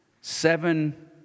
Seven